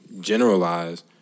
generalize